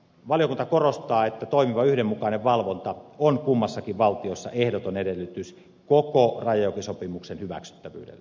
valiokunta korostaa että toimiva yhdenmukainen valvonta on kummassakin valtiossa ehdoton edellytys koko rajajokisopimuksen hyväksyttävyydelle